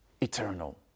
eternal